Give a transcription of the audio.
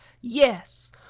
Yes